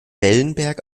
wellenberg